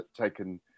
taken